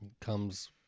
comes